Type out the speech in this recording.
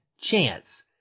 chance